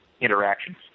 interactions